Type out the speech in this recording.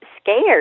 scared